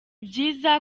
byiza